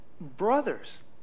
brothers